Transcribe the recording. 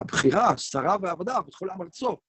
הבחירה, שרה ועבודה בכל עם ארצו.